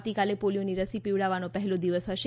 આવતીકાલે પોલિયોની રસી પીવડાવવાનો પહેલો દિવસ હશે